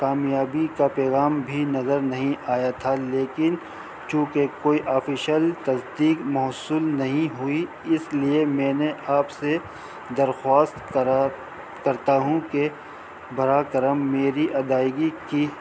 کامیابی کا پیغام بھی نظر نہیں آیا تھا لیکن چونکہ کوئی آفیشل تصدیق موصول نہیں ہوئی اس لیے میں نے آپ سے درخواست کرا کرتا ہوں کہ براہ کرم میری ادائیگی کی